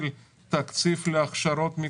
איחדנו את זה בתוך משרד אחד.